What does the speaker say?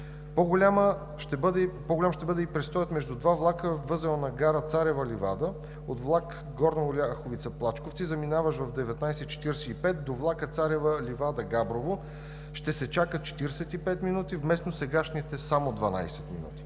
По-голям ще бъде и престоят между два влака във възел на гара Царева ливада от влак Горна Оряховица – Плачковци, заминаващ в 19,45 ч., до влака Царева ливада – Габрово, ще се чака 45 минути, вместо сегашните само 12 минути.